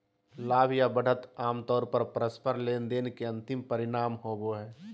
लाभ या बढ़त आमतौर पर परस्पर लेनदेन के अंतिम परिणाम होबो हय